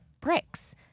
bricks